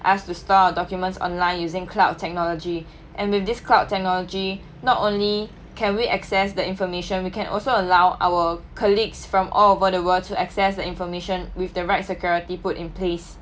us to store documents online using cloud technology and with this cloud technology not only can we access the information we can also allow our colleagues from all over the world to access the information with the right security put in place